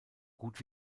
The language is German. gut